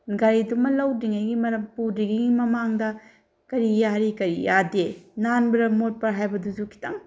ꯒꯥꯔꯤꯗꯨꯃ ꯂꯧꯗ꯭ꯔꯤꯉꯩꯒꯤ ꯄꯨꯗ꯭ꯔꯤꯉꯩꯒꯤ ꯃꯃꯥꯡꯗ ꯀꯔꯤ ꯌꯥꯔꯤ ꯀꯔꯤ ꯌꯥꯗꯦ ꯅꯥꯟꯕ꯭ꯔꯥ ꯃꯣꯠꯄ꯭ꯔꯥ ꯍꯥꯏꯕꯗꯨꯁꯨ ꯈꯤꯇꯪ